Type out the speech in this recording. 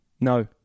no